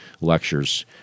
Lectures